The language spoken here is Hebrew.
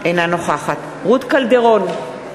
אינה נוכחת רות קלדרון,